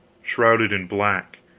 shrouded in black,